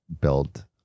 build